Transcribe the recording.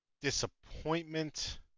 disappointment